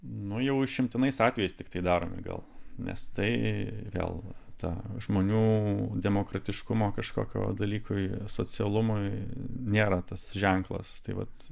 nu jau išimtinais atvejais tiktai daromi gal nes tai vėl ta žmonių demokratiškumo kažkokio dalykui socialumui nėra tas ženklas tai vat